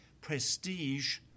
prestige